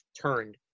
turned